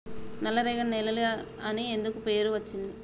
నల్లరేగడి నేలలు అని ఎందుకు పేరు అచ్చింది?